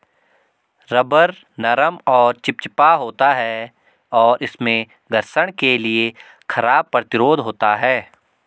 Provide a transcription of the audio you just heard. rubber नरम और चिपचिपा होता है, और इसमें घर्षण के लिए खराब प्रतिरोध होता है